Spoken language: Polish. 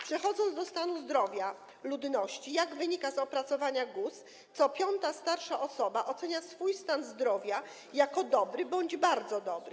Przechodząc do stanu zdrowia ludności - jak wynika z opracowania GUS, co piąta starsza osoba ocenia swój stan zdrowia jako dobry bądź bardzo dobry.